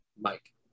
Mike